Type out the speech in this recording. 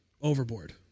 overboard